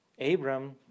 Abram